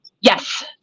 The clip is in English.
Yes